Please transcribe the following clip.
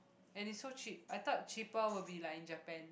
and it's so cheap I thought cheaper will be like in Japan